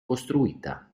costruita